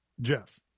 Jeff